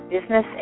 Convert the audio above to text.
business